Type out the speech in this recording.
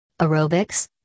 Aerobics